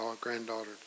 granddaughter